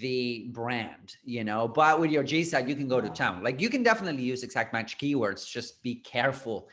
the brand, you know, but with your json, you can go to town like you can definitely use exact match keywords. just be careful.